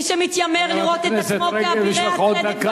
מי שמתיימרים, חברת הכנסת רגב, יש לך עוד דקה.